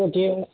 okay